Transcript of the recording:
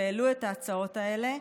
שהעלו את ההצעות האלה.